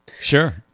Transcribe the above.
sure